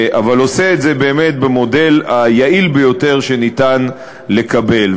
אבל עושה את זה באמת במודל היעיל ביותר שניתן לקבל.